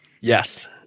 Yes